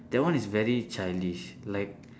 that one is very childish like